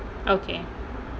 okay